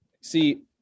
see